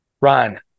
Ryan